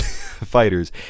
fighters